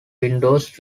windows